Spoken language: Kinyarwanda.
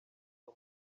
tom